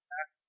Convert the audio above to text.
ask